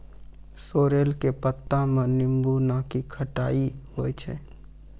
sorrel के पत्ता मॅ नींबू नाकी खट्टाई होय छै